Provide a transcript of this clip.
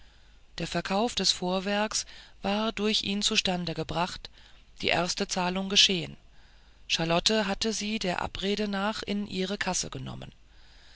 der verkauf des vorwerks war durch ihn zustande gebracht die erste zahlung geschehen charlotte hatte sie der abrede nach in ihre kasse genommen